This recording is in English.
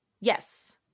Yes